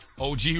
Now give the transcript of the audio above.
OG